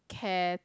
care